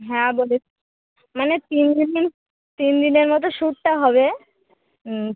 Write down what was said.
হ্যাঁ আমাদের মানে তিন দিনই তিন দিনের মতো শ্যুটটা হবে হুম